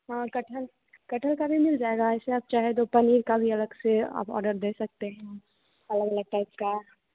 हाँ कटहल कटहल का भी मिल जाएगा ऐसे आप चाहे तो पनीर का भी अलग से आप ऑर्डर दे सकते हैं अलग अलग टाइप का